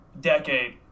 decade